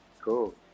cool